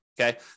Okay